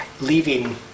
leaving